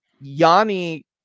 Yanni